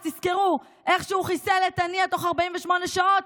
אז תזכרו איך שהוא חיסל את הנייה תוך 48 שעות,